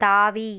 தாவி